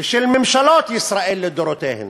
ושל ממשלות ישראל לדורותיהן.